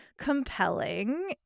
compelling